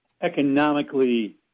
economically